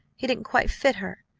he didn't quite fit her.